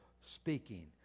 speaking